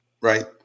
Right